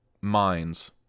minds